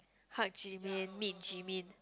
hug Ji min meet Ji min